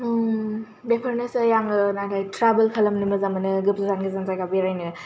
बेफोरनोसै आङो नाथाय ट्रेभेल खालामनो मोजां मोनो बे देहा मोजां जाबा बेरायनो